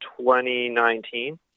2019